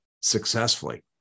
successfully